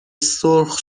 سرخ